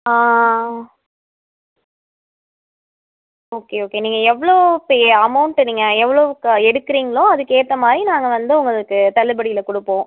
okay okay நீங்கள் எவ்வளோ pay amount நீங்கள் எவ்வளோ க எடுக்குறீங்களோ அதுக்கேற்ற மாதிரி நாங்கள் வந்து உங்களுக்கு தள்ளுபடியில கொடுப்போம்